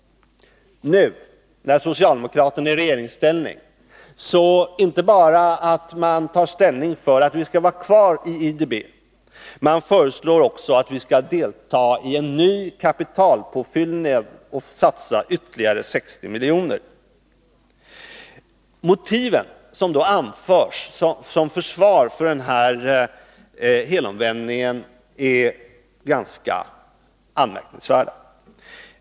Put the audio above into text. Nu, när socialdemokraterna är i regeringsställning, tar de inte bara ställning för att vi skall vara kvar i IDB, utan de föreslår också att vi skall delta i en ny kapitalpåfyllning och satsa ytterligare 60 miljoner. De motiv som anförs som försvar för denna helomvändning är ganska anmärkningsvärda.